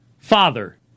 father